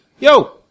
Yo